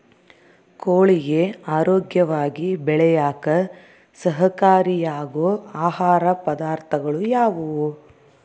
ಕೋಳಿಗೆ ಆರೋಗ್ಯವಾಗಿ ಬೆಳೆಯಾಕ ಸಹಕಾರಿಯಾಗೋ ಆಹಾರ ಪದಾರ್ಥಗಳು ಯಾವುವು?